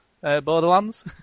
Borderlands